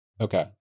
Okay